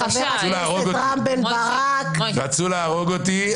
חבר הכנסת פינדרוס וחבר הכנסת רם בן ברק --- רצו להרוג אותי.